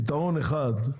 פתרון אחד,